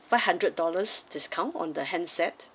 five hundred dollars discount on the handset